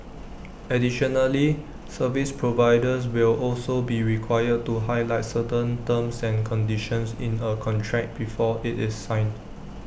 additionally service providers will also be required to highlight certain terms and conditions in A contract before IT is signed